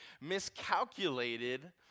miscalculated